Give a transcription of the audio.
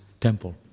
temple